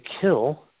kill